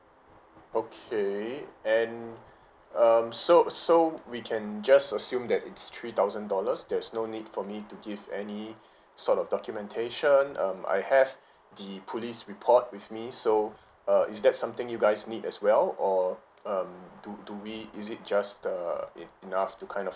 okay and um so so we can just assume that it'S three thousand dollars there'S no need for me to give any sort of documentation um I have the police report with me so uh is that something you guys need as well or um do do we is it just err en~ enough to kind of